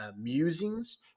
musings